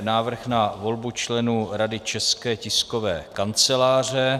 Návrh na volbu členů Rady České tiskové kanceláře